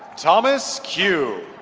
thomas kieu